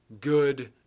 good